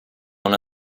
una